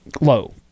low